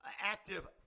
active